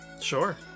Sure